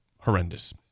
horrendous